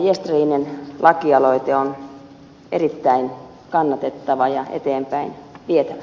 gestrinin lakialoite on erittäin kannatettava ja eteenpäin vietävä